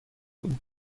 بود